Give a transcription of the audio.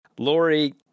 Lori